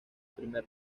primer